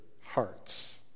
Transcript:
hearts